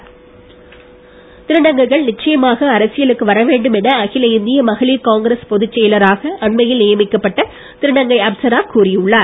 அப்சரா திருநங்கைகள் நிச்சயமாக அரசியலுக்கு வர வேண்டும் என அகில இந்திய மகளிர் காங்கிரஸ் பொதுச் செயலராக அண்மையில் நியமிக்கப்பட்ட திருநங்கை அப்சரா கூறி உள்ளார்